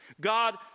God